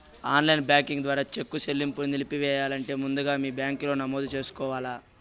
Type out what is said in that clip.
online banking ద్వారా cheque సెల్లింపుని నిలిపెయ్యాలంటే ముందుగా మీ బ్యాంకిలో నమోదు చేసుకోవల్ల